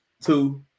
two